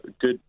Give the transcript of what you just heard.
good